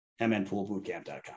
mnpoolbootcamp.com